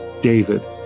David